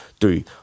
three